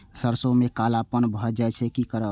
सरसों में कालापन भाय जाय इ कि करब?